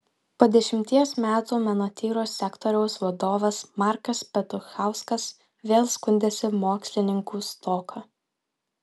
po dešimties metų menotyros sektoriaus vadovas markas petuchauskas vėl skundėsi mokslininkų stoka